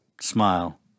smile